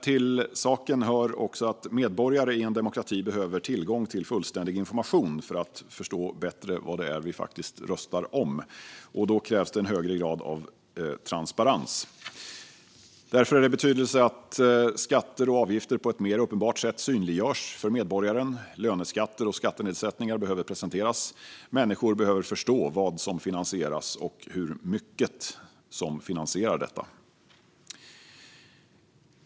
Till saken hör dock att medborgare i en demokrati behöver tillgång till fullständig information för att bättre förstå vad de faktiskt röstar om. Då krävs det en högre grad av transparens. Därför är det av betydelse att skatter och avgifter på ett mer uppenbart sätt synliggörs för medborgaren. Löneskatter och skattenedsättningar behöver presenteras. Människor behöver förstå vad som finansieras och hur mycket som finansierar detta.